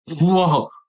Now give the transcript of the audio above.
Whoa